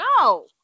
no